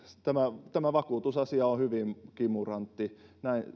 tämä tämä vakuutusasia on hyvin kimurantti